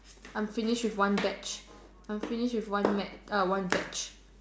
I'm finished with one batch I'm finished with one mat err one batch